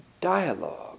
dialogue